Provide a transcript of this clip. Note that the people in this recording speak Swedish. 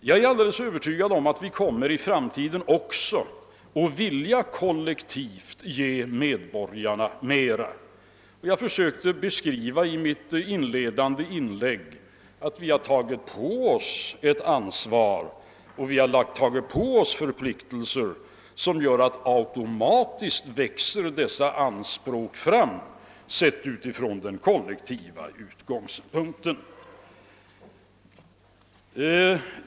Jag är alldeles övertygad om att vi även i framtiden kommer att vilja kollektivt ge medborgarna mera, och Jag försökte i mitt inledande inlägg beskriva att vi har tagit på oss ett ansvar och förpliktelser som gör att anspråken automatiskt växer fram utifrån den kollektiva utgångspunkten.